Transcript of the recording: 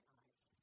eyes